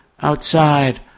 Outside